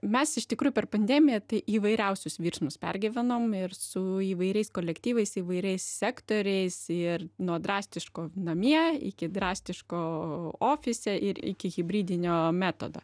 mes iš tikrųjų per pandemiją tai įvairiausius virsmus pergyvenom ir su įvairiais kolektyvais įvairiais sektoriais ir nuo drastiško namie iki drastiško ofise ir iki hibridinio metodo